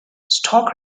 stock